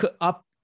up